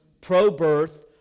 pro-birth